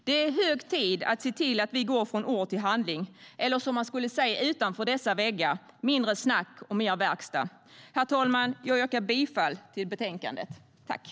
Det är hög tid att se till att vi går från ord till handling - eller som man skulle säga utanför dessa väggar: Mindre snack och mer verkstad! Herr talman! Jag yrkar bifall till förslaget i betänkandet.